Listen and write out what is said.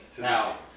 Now